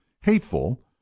hateful